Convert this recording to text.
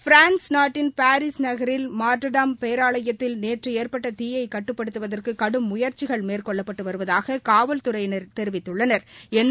France நாட்டின் Paris நகரில் Notre Dame பேராலயத்தில் நேற்று ஏற்பட்ட தீயை கட்டுப்படுத்துவதற்கு கடும் முயற்சிகள் மேற்கொள்ளப்பட்டு வருவதாக காவல்துறையினா் தெரிவித்துள்ளனா்